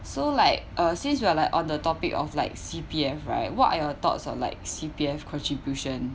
so like uh since you are like on the topic of like C_P_F right what are your thoughts of like C_P_F contribution